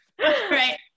right